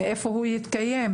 מאיפה הוא יתקיים?